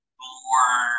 more